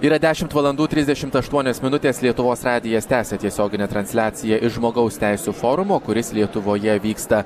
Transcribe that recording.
yra dešimt valandų trisdešimt aštuonios minutės lietuvos radijas tęsia tiesioginę transliaciją iš žmogaus teisių forumo kuris lietuvoje vyksta